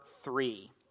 three